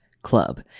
club